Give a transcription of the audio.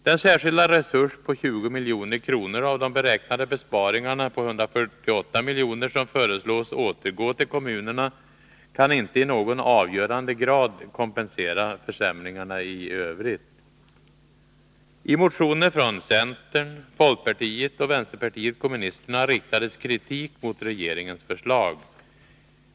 Den särskilda resurs på 20 milj.kr., av de beräknade besparingarna på 148 milj.kr., som föreslås återgå till kommunerna kan inte i någon avgörande grad kompensera försämringarna i övrigt. I motioner från centern, folkpartiet och vänsterpartiet kommunisterna riktades kritik mot regeringens förslag.